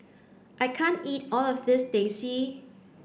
I can't eat all of this teh c